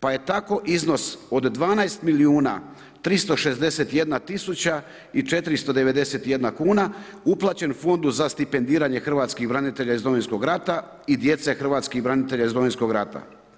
pa je tako iznos od 12 milijuna 361 tisuća i 491 kuna uplaćen fondu za stipendiranje hrvatskih branitelja iz Domovinskog rata i djece hrvatskih branitelja iz Domovinskog rata.